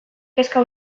kezka